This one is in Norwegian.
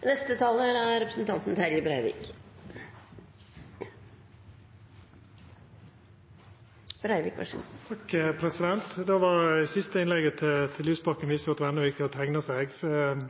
Det siste innlegget frå Lysbakken viste at det endå var viktig å teikna seg, for